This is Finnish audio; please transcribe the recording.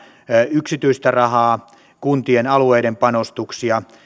yksityistä rahaa kuntien alueiden panostuksia